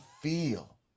feel